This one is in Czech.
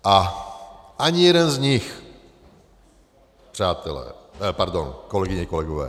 A ani jeden z nich, přátelé, pardon, kolegyně, kolegové...